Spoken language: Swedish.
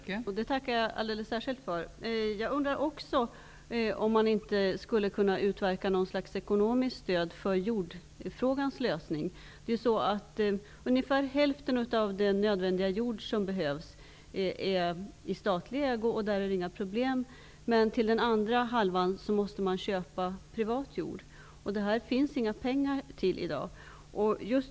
Fru talman! Det tackar jag alldeles särskilt för. Jag undrar också om man inte skulle kunna utverka något slags ekonomiskt stöd för lösningen av jordfrågan. Ungefär hälften av den jord som behövs finns i statlig ägo. Där är det inte några problem. Den andra hälften av jorden måste köpas privat. Det finns inga pengar till det i dag.